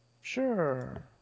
Sure